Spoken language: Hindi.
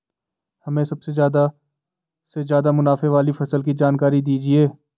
हमें सबसे ज़्यादा से ज़्यादा मुनाफे वाली फसल की जानकारी दीजिए